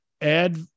add